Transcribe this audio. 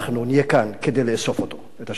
אנחנו נהיה כאן כדי לאסוף אותו, את השלטון.